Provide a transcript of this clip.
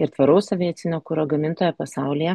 ir tvaraus aviacinio kuro gamintoja pasaulyje